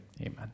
Amen